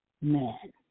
Man